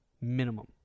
Minimum